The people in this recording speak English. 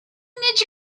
yourself